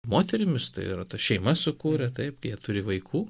moterimis tai yra ta šeima sukūrė taip jie turi vaikų